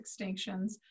extinctions